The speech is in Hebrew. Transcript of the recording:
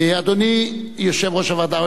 אדוני יושב-ראש הוועדה,